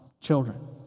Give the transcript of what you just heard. children